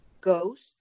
Ghost